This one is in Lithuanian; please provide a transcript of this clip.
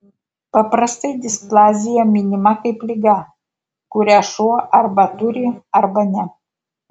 paprastai displazija minima kaip liga kurią šuo arba turi arba ne